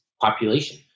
population